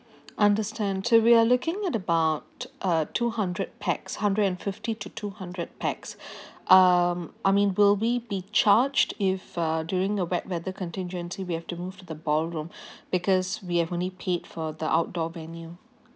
understand so we are looking at about uh two hundred pax hundred and fifty to two hundred pax uh I mean will we be charged if uh during the wet weather contingency we have to move to the ballroom because we have only paid for the outdoor venue